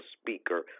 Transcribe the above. speaker